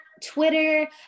Twitter